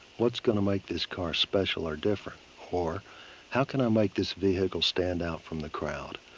what's gonna make this car special or different? or how can i make this vehicle standout from the crowd?